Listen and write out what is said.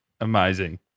Amazing